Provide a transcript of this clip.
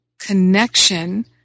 connection